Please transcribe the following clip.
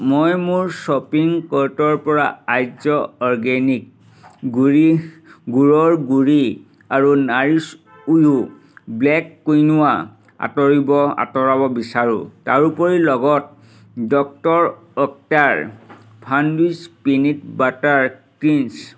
মই মোৰ শ্বপিং কাৰ্টৰ পৰা আৰ্য অৰ্গেনিক গুড়ি গুড়ৰ গুড়ি আৰু নাৰিছ ইউ ব্লেক কুইনোৱা আঁতৰিব আঁতৰাব বিচাৰোঁ তাৰোপৰি লগত ডক্টৰ ওৱেটকাৰ ফানবিছ পিনাট বাটাৰ কিঞ্চ